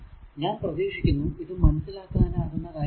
ഞാൻ പ്രതീക്ഷിക്കുന്നു ഇത് മനസ്സിലാക്കാനാകുന്ന കാര്യമാണ്